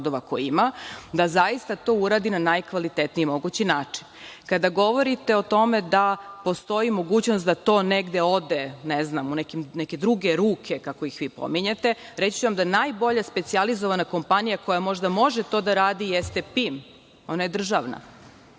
da zaista to uradi na najkvalitetniji mogući način. Kada govorite o tome da postoji mogućnost da to negde ode, ne znam u neke druge ruke, kako ih vi pominjete, reći ću vam da najbolja specijalizovana kompanija koja možda može to da radi jeste PIM. Ona je državna.